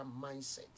mindset